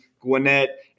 Gwinnett